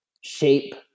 shape